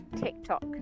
TikTok